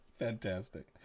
fantastic